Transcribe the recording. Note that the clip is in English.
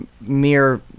mere